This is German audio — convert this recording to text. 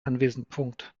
anwesend